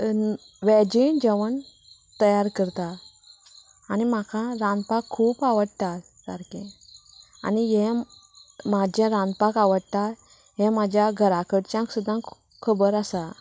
वेजूय जेवण तयार करता आनी म्हाका रांदपाक खूब आवडटा सारकें आनी हें म्हाजें रांदपाक आवडटा हें म्हाज्या घराकडच्यांक सुद्दां खूब खबर आसा